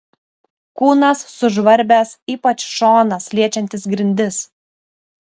kūnas sužvarbęs ypač šonas liečiantis grindis